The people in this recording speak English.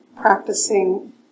practicing